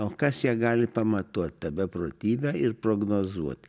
o kas ją gali pamatuot tą beprotybę ir prognozuot